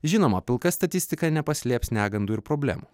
žinoma pilka statistika nepaslėps negandų ir problemų